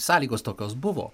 sąlygos tokios buvo